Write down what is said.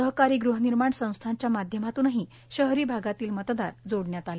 सहकारी ग़हनिर्माण संस्थांच्या माध्यमातूनही शहरी भागातील मतदार जोडण्यात आले